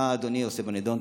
מה אדוני עושה בנדון?